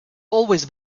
always